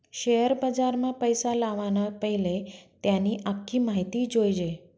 share बजारमा पैसा लावाना पैले त्यानी आख्खी माहिती जोयजे